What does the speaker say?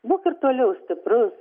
būk ir toliau stiprus